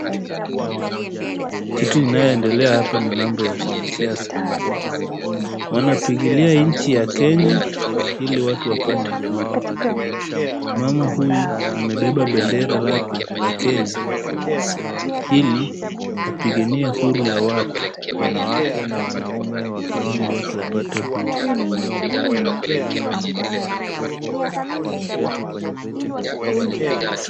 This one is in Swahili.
Kitu inayoendelea hapa ni mambo ya siasa. Wanapigilia nchi ya Kenya ili watu wapate huru. Mama huyu amebeba bendera lake la Kenya ili apiganie huru la watu, ili watu wapate huru.